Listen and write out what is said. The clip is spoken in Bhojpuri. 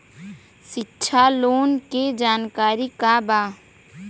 शिक्षा लोन के जानकारी का बा?